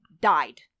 died